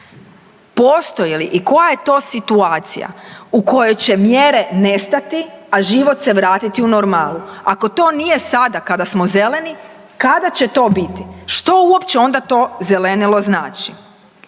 Postoje li i koja je to situacija u kojoj će mjere nestati, a život se vrati u normalu? Ako to nije sada kada smo zeleni, kada će to biti, što ona uopće to zelenilo znači?